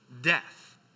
death